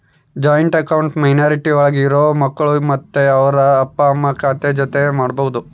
joint account minority ಒಳಗ ಇರೋ ಮಕ್ಕಳು ಮತ್ತೆ ಅವ್ರ ಅಪ್ಪ ಅಮ್ಮ ಖಾತೆ ಜೊತೆ ಮಾಡ್ಬೋದು